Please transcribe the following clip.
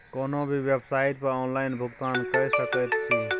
कोनो भी बेवसाइट पर ऑनलाइन भुगतान कए सकैत छी